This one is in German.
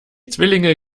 zwillinge